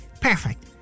perfect